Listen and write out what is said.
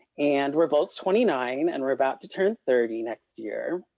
and we're both twenty nine and we're about to turn thirty next year.